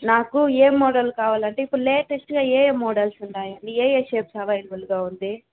నాకు ఏ మోడల్ కావాలంటే ఇప్పుడు లేటెస్ట్గా ఏ ఏ మోడల్స్ ఉన్నాయండి ఏ ఏ షేప్స్ అవైలబుల్గా ఉంది